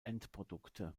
endprodukte